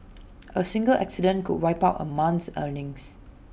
A single accident could wipe out A month's earnings